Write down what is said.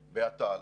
באת"ל,